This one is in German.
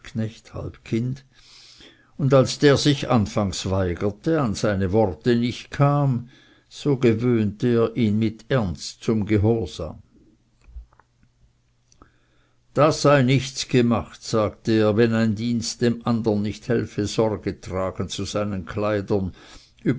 und als der sich anfangs weigerte auf seine worte nicht kam so gewöhnte er ihn mit ernst zum gehorsam das sei nichts gemacht sagte er wenn ein dienst dem andern nicht helfe sorge tragen zu seinen kleidern